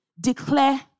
declare